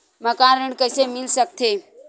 मकान ऋण कइसे मिल सकथे?